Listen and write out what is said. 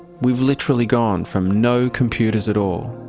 we've literally gone from no computers at all,